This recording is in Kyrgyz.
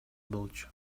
болчу